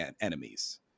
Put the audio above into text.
enemies